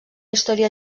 història